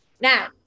Now